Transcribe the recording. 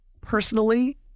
personally